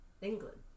England